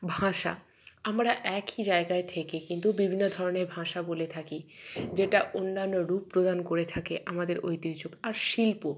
ভাষা আমরা একই জায়গায় থেকে কিন্তু বিভিন্ন ধরনের ভাষা বলে থাকি যেটা অন্যান্য রূপ প্রদান করে থাকে আমাদের ঐতিহ্য আর শিল্প